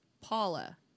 Paula